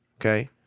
okay